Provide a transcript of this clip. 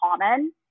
common